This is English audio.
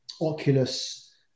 Oculus